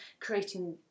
creating